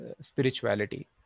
spirituality